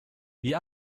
wie